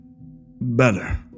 better